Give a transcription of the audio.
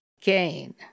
gain